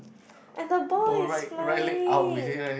and the boy is flying